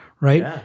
right